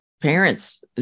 parents